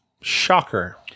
Shocker